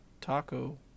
taco